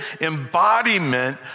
embodiment